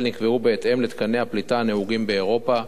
נקבעו בהתאם לתקני הפליטה הנהוגים באירופה.